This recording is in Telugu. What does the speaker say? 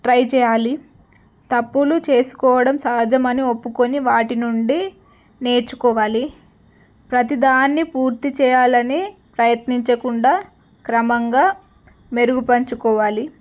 ట్రై చెయ్యాలి తప్పులు చేసుకోవడం సహజమని ఒప్పుకొని వాటి నుండి నేర్చుకోవాలి ప్రతిదాన్ని పూర్తి చెయ్యాలని ప్రయత్నించకుండా క్రమంగా మెరుగుపరచుకోవాలి